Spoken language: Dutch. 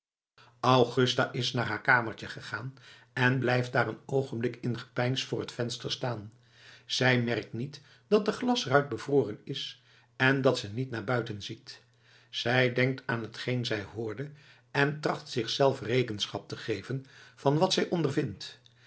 augusta is naar haar kamertje gegaan en blijft daar een oogenblik in gepeins voor t venster staan zij merkt niet dat de glasruit bevroren is en dat ze niet naar buiten ziet zij denkt aan t geen zij hoorde en tracht zichzelf rekenschap te geven van wat zij ondervindt